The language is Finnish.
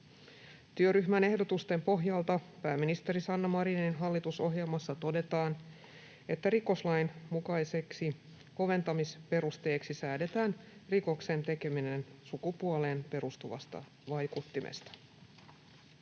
Työryhmän ehdotusten pohjalta pääministeri Sanna Marinin hallitusohjelmassa todetaan, että rikoslain mukaiseksi koventamisperusteeksi säädetään rikoksen tekeminen sukupuoleen perustuvasta vaikuttimesta.